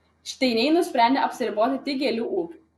šteiniai nusprendė apsiriboti tik gėlių ūkiu